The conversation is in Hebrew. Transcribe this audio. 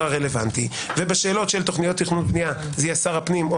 הרלוונטי ובשאלות של תוכניות תכנון ובנייה זה יהיה שר הפנים או